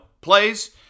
plays